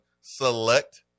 select